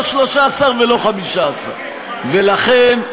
לא 13 ולא 15. ולכן,